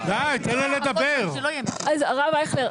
הרב אייכלר,